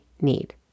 need